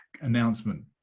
Announcement